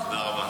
תודה רבה.